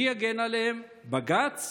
מי יגן עליהם, בג"ץ?